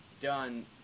done